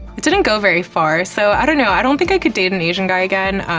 it didn't go very far, so i don't know, i don't think i could date an asian guy again.